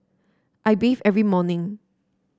I bathe every morning